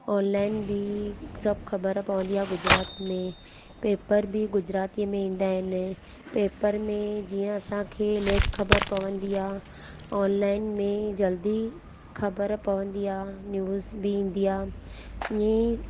online बि सभु ख़बर पवंदी आहे गुजरात में पेपर बि गुजराती में ईंदा आहिनि पेपर में जीअं असांखे लेट ख़बर पवंदी आहे ऑनलाइन में जल्दी ख़बर पवंदी आहे न्यूज़ बि ईंदी आहे ईअंई